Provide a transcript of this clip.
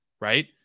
right